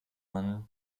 man